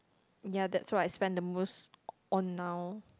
ya that's what I spent the most on now